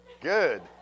Good